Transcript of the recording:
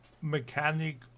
mechanic